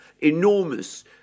enormous